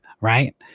Right